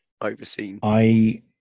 overseen